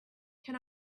can